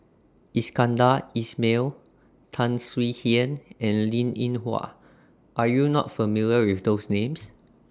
Iskandar Ismail Tan Swie Hian and Linn in Hua Are YOU not familiar with those Names